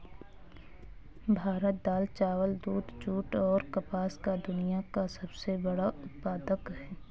भारत दाल, चावल, दूध, जूट, और कपास का दुनिया का सबसे बड़ा उत्पादक है